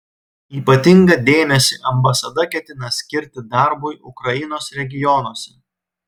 ypatingą dėmesį ambasada ketina skirti darbui ukrainos regionuose